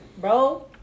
bro